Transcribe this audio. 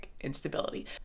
instability